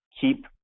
keep